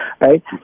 right